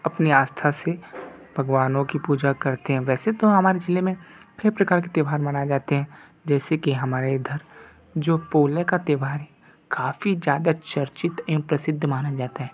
अपनी आस्था से भगवानों की पूजा करते हैं वैसे तो हमारे जिले में कई प्रकार के त्यौहार मनाए जाते हैं जैसे कि हमारे इधर जो पोले का त्यौहार है काफ़ी ज़्यादा चर्चित एवं प्रसिद्ध माना जाता है